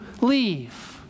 leave